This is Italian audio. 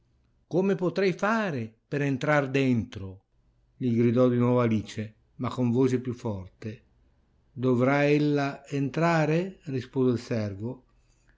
come potrei fare per entrar dentro gridò di nuovo alice ma con voce più forte dovrà ella entrare rispose il servo